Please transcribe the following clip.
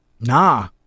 nah